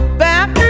back